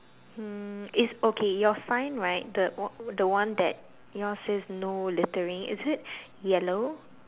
mm is okay your sign right the one the one that yours says no littering is it yellow